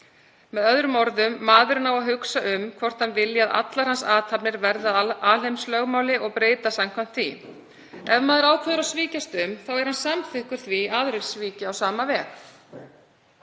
Með öðrum orðum, maðurinn á að hugsa um hvort hann vilji að allar hans athafnir verði að alheimslögmáli og breyta samkvæmt því. Ef maður ákveður að svíkjast um er hann samþykkur því að aðrir svíki á sama veg.